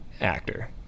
actor